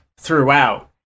throughout